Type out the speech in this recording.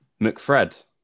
McFred